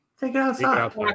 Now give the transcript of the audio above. Take-it-outside